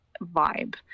vibe